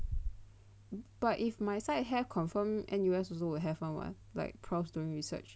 but if my side have confirm N_U_S also will have [one] [what] like profs doing research